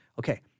okay